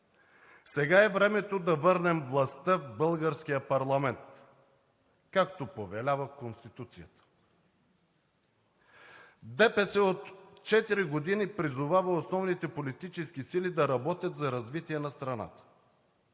Сега е времето да върнем властта в българския парламент, както повелява Конституцията. ДПС от четири години призовава основните политически сили да работят за развитие на страната.